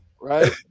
right